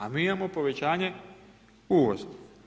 A mi imamo povećanje uvoza.